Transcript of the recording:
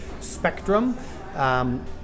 spectrum